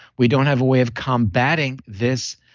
we don't have a way of combating this